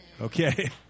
Okay